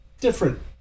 different